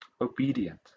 obedient